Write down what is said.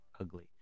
ugly